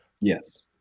Yes